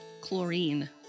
Chlorine